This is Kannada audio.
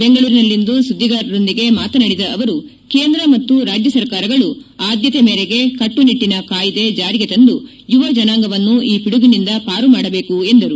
ಬೆಂಗಳೂರಿನಲ್ಲಿಂದು ಸುದ್ದಿಗಾರರೊಂದಿಗೆ ಮಾತನಾಡಿದ ಅವರು ಕೇಂದ್ರ ಮತ್ತು ರಾಜ್ಯ ಸರ್ಕಾರಗಳು ಆದ್ಯತೆ ಮೇರೆಗೆ ಕಟ್ಟುನಿಟ್ಟನ ಕಾಯ್ದೆ ಚಾರಿಗೆ ತಂದು ಯುವ ಜನಾಂಗವನ್ನು ಈ ಪಿಡುಗಿನಿಂದ ಪಾರುಮಾಡಬೇಕು ಎಂದರು